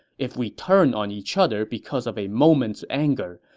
if we turn on each other because of a moment's anger,